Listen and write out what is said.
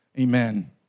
Amen